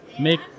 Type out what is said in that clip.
make